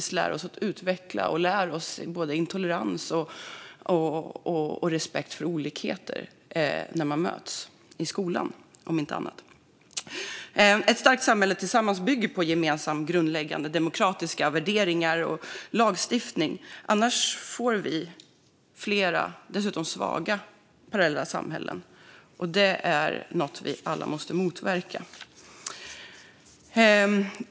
I de mötena kan vi utvecklas och lära oss både tolerans och respekt för olikheter. Ett starkt samhälle bygger på grundläggande demokratiska värderingar och lagstiftning - annars får vi flera, och dessutom svaga, parallella samhällen. Det är något som vi alla måste motverka.